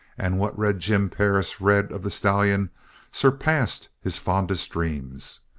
and what red jim perris read of the stallion surpassed his fondest dreams.